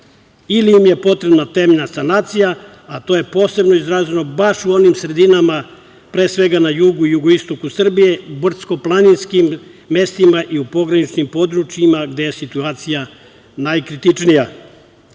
ili im je potrebna temeljna sanacija, a to je posebno izraženo baš u onim sredinama, pre svega na jugu i jugoistoku Srbije, u brdsko-planinskim mestima i u pograničnim područjima gde je situacija najkritičnija. Po